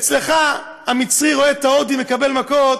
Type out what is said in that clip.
אצלך, המצרי רואה את ההודי מקבל מכות,